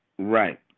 Right